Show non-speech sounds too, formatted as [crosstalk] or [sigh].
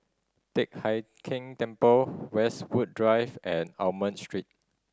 Teck Hai Keng Temple [noise] Westwood Drive and Almond Street